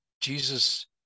Jesus